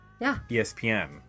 ESPN